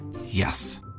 Yes